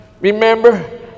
remember